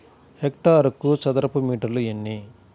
హెక్టారుకు చదరపు మీటర్లు ఎన్ని?